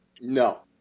No